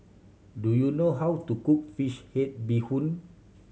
do you know how to cook fish head bee hoon